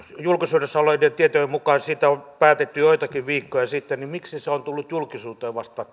julkisuudessa olleiden tietojen mukaan siitä on päätetty joitakin viikkoja sitten niin miksi se on tullut julkisuuteen vasta